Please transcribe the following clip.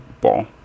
ball